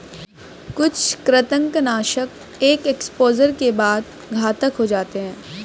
कुछ कृंतकनाशक एक एक्सपोजर के बाद घातक हो जाते है